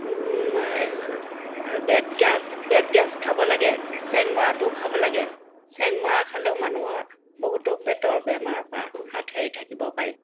আৰু বেতগাজ বেতগাজ খাব লাগে চেংমৰাটো খাব লাগে চেংমৰা খালেও মানুহৰ বহুতো পেটৰ বেমাৰৰ পৰা হাত সাৰি থাকিব পাৰি